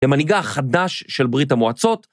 למנהיגה החדש של ברית המועצות.